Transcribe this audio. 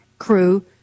crew